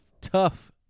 tough